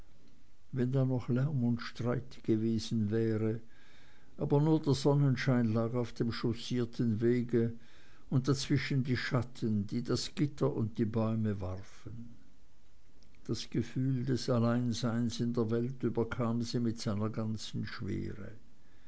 wenn da doch lärm und streit gewesen wäre aber nur der sonnenschein lag auf dem chaussierten wege und dazwischen die schatten die das gitter und die bäume warfen das gefühl des alleinseins in der welt überkam sie mit seiner ganzen schwere